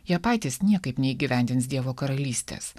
jie patys niekaip neįgyvendins dievo karalystės